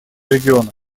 региона